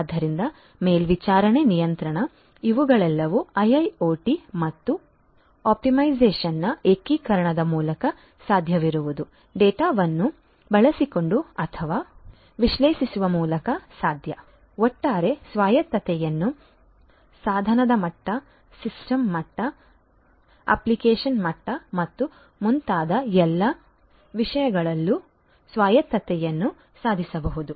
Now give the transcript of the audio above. ಆದ್ದರಿಂದ ಮೇಲ್ವಿಚಾರಣೆ ನಿಯಂತ್ರಣ ಇವುಗಳೆಲ್ಲವೂ ಐಐಒಟಿ ಮತ್ತು ಆಪ್ಟಿಮೈಸೇಶನ್ನ ಏಕೀಕರಣದ ಮೂಲಕ ಸಾಧ್ಯವಿರುವ ಡೇಟಾವನ್ನು ಬಳಸಿಕೊಂಡು ಅಥವಾ ವಿಶ್ಲೇಷಿಸುವ ಮೂಲಕ ಸಾಧ್ಯ ಒಟ್ಟಾರೆ ಸ್ವಾಯತ್ತತೆಯನ್ನು ಸಾಧನದ ಮಟ್ಟ ಸಿಸ್ಟಮ್ ಮಟ್ಟ ಅಪ್ಲಿಕೇಶನ್ ಮಟ್ಟ ಮತ್ತು ಮುಂತಾದ ಎಲ್ಲ ವಿಷಯಗಳಲ್ಲೂ ಸ್ವಾಯತ್ತತೆಯನ್ನು ಸಾಧಿಸಬಹುದು